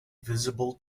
visible